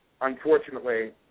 unfortunately